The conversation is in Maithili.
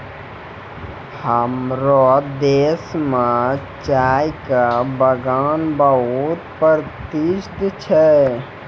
हमरो देश मॅ चाय के बागान बहुत प्रसिद्ध छै